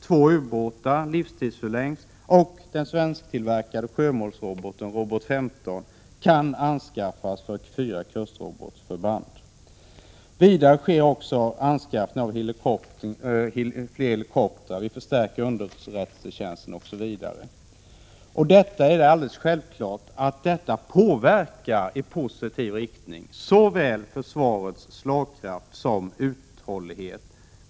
Två ubåtars livstid förlängs och den svensktillverkade sjömålsroboten, robot 15, kan anskaffas till fyra kustrobotförband. Vidare sker anskaffning av fler helikoptrar, vi förstärker underrättelsetjänsten osv. Detta påverkar alldeles självklart i positiv riktning försvarets såväl slagkraft som uthållighet.